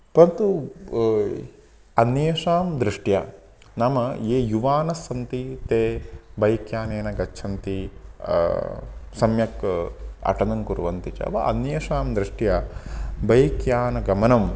परन्तु अन्येषां दृष्ट्या नाम ये युवानः सन्ति ते बैक् यानेन गच्छन्ति सम्यक् अटनं कुर्वन्ति च वा अन्येषां दृष्ट्या बैक् यानगमनं